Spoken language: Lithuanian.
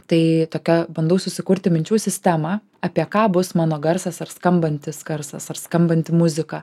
tai tokia bandau susikurti minčių sistemą apie ką bus mano garsas ar skambantis garsas ar skambanti muzika